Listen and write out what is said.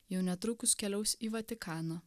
jau netrukus keliaus į vatikaną